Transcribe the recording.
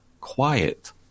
quiet